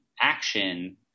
action